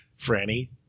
Franny